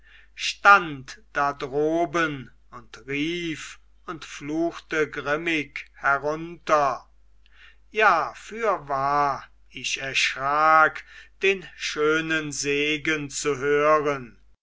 stand da droben und rief und fluchte grimmig herunter ja fürwahr ich erschrak den schönen segen zu hören